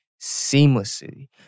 seamlessly